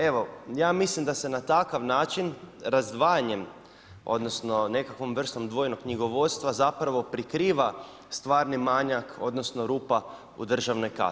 Evo ja mislim da se na takav način razdvajanjem odnosno nekakvom vrstom dvojnog knjigovodstva zapravo prikriva stvarni manjak odnosno rupa u državnoj kasi.